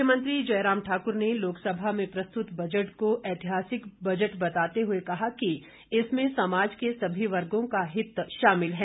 मुख्यमंत्री जयराम ठाक्र ने लोकसभा में प्रस्तुत बजट को ऐतिहासिक बजट बताते हुए कहा कि इसमें समाज के सभी वर्गों का हित शामिल है